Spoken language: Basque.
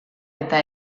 eta